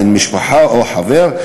בן משפחה או חבר,